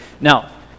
Now